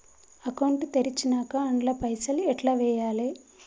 Account తెరిచినాక అండ్ల పైసల్ ఎట్ల వేయాలే?